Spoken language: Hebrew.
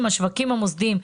השווקים המוסדיים,